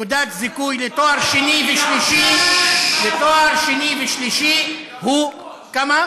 נקודת זיכוי לתואר שני ושלישי היא, כמה?